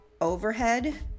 overhead